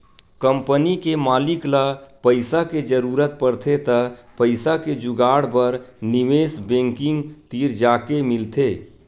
company के मालिक ल पइसा के जरूरत परथे त पइसा के जुगाड़ बर निवेस बेंकिग तीर जाके मिलथे